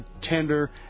tender